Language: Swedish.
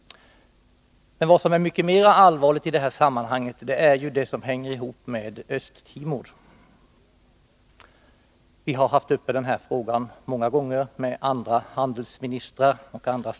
Vad som är mycket mera allvarligt i detta sammanhang är det som hänger ihop med Östtimor. Vi har haft den frågan uppe många gånger med andra handelsministrar och statsråd.